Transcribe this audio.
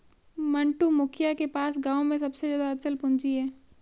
मंटू, मुखिया के पास गांव में सबसे ज्यादा अचल पूंजी है